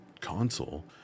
console